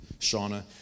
Shauna